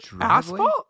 asphalt